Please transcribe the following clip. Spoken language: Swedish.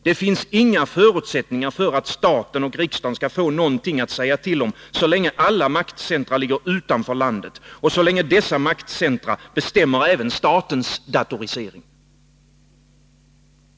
Det finns inga förutsättningar för att staten och riksdagen skall få någonting att säga till om, så länge alla maktcentra ligger utanför landet och så länge dessa maktcentra bestämmer även statens datorisering.